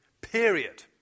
period